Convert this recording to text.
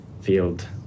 field